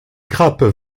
grappes